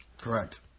Correct